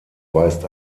weist